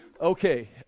Okay